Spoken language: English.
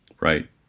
Right